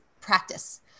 practice